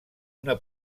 una